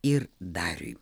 ir dariui